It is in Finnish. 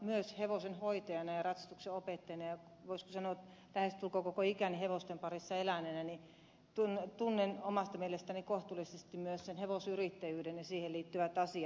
myös hevosenhoitajana ja ratsastuksenopettajana ja voisiko sanoa lähestulkoon koko ikäni hevosten parissa eläneenä tunnen omasta mielestäni kohtuullisesti myös sen hevosyrittäjyyden ja siihen liittyvät asiat